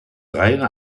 reine